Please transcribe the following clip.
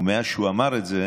ומאז שהוא אמר את זה